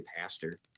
pastor